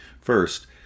First